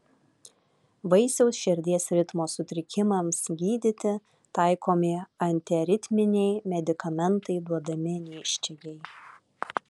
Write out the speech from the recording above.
vaisiaus širdies ritmo sutrikimams gydyti taikomi antiaritminiai medikamentai duodami nėščiajai